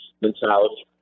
mentality